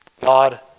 God